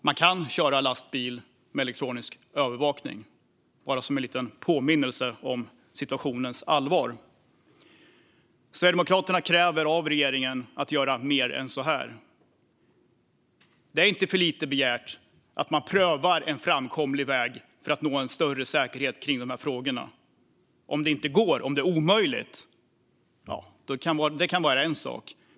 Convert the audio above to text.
Man kan köra lastbil med elektronisk övervakning. Detta bara som en liten påminnelse om situationens allvar. Sverigedemokraterna kräver av regeringen att den ska göra mer än det. Det är inte för mycket begärt att man prövar en framkomlig väg för att nå en större säkerhet kring dessa frågor. Om det inte går, om det är omöjligt, är det en sak.